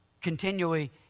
continually